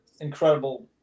incredible